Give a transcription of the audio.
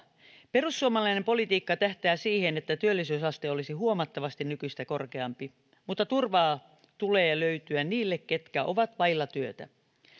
perussuomalainen politiikka tähtää siihen että työllisyysaste olisi huomattavasti nykyistä korkeampi mutta turvaa tulee löytyä niille ketkä ovat vailla työtä